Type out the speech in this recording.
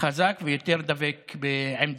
חזק ויותר דבק בעמדתו.